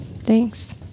Thanks